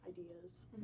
ideas